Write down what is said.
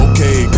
Okay